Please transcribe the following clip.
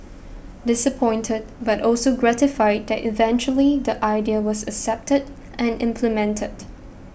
disappointed but also gratified that eventually the idea was accepted and implemented